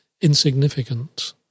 insignificant